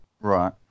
Right